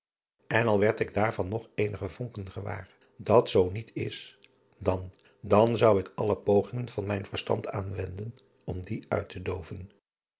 en al werd ik daarvan nog eenige vonken gewaar dat zoo niet is dan dan zou ik alle pogingen van mijn verstand aanwenden om die uit te dooven